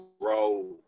grow